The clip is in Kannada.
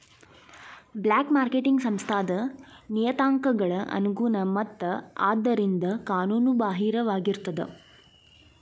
ಬ್ಲ್ಯಾಕ್ ಮಾರ್ಕೆಟಿಂಗ್ ಸಂಸ್ಥಾದ್ ನಿಯತಾಂಕಗಳ ಅನುಗುಣ ಮತ್ತ ಆದ್ದರಿಂದ ಕಾನೂನು ಬಾಹಿರವಾಗಿರ್ತದ